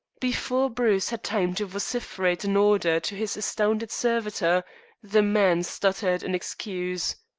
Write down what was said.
before bruce had time to vociferate an order to his astounded servitor the man stuttered an excuse